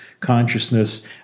Consciousness